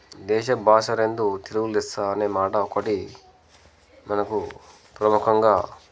దేశ భాషలందు తెలుగు లెస్స అనే మాట ఒకటి మనకు ప్రముఖంగా